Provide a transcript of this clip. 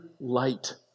light